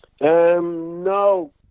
No